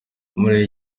muri